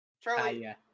Charlie